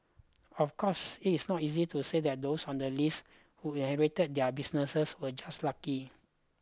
of course this is not easy to say that those on the list who inherited their businesses were just lucky